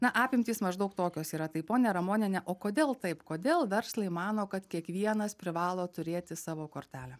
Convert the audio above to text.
na apimtys maždaug tokios yra tai ponia ramoniene o kodėl taip kodėl verslai mano kad kiekvienas privalo turėti savo kortelę